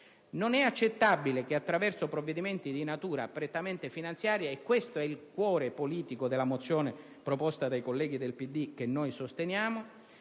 Non è accettabile che attraverso provvedimenti di natura prettamente finanziaria - e questo è il cuore politico della mozione proposta dai colleghi del PD, che sosteniamo